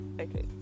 Okay